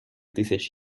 тисяч